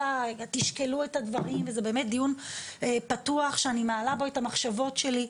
אתם תשקלו את הדברים וזה באמת דיון פתוח שאני מעלה בו את המחשבות שלי.